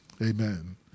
Amen